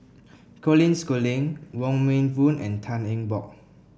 Colin Schooling Wong Meng Voon and Tan Eng Bock